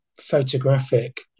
photographic